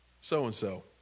so-and-so